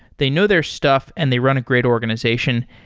they know their stuff and they run a great organization.